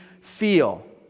feel